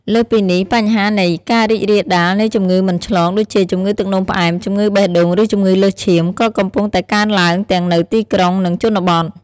លើសពីនេះ បញ្ហានៃ ការរីករាលដាលនៃជំងឺមិនឆ្លង ដូចជា ជំងឺទឹកនោមផ្អែម ជំងឺបេះដូង ឬជំងឺលើសឈាម ក៏កំពុងតែកើនឡើងទាំងនៅទីក្រុង និងជនបទ។